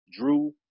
Drew